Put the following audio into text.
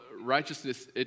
righteousness